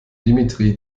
dimitri